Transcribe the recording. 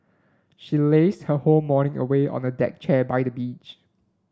she lazed her whole morning away on a deck chair by the beach